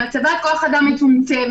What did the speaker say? במצבת כוח אדם מצומצמת,